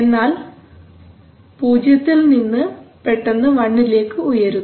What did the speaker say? എന്നാൽ എന്നാൽ 0 യിൽ നിന്ന് പെട്ടെന്ന് 1 ലേക്ക് ഉയരുന്നു